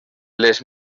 les